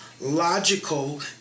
logical